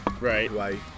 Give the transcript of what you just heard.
Right